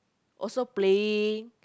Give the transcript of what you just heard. also playing